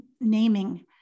naming